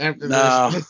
No